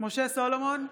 משה סולומון,